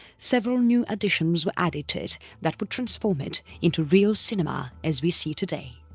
several new additions were added to it that would transform it into real cinema as we see today.